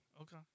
Okay